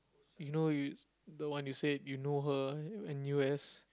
you know you the one you said you know her in u_s